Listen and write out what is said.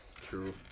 True